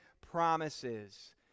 promises